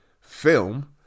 film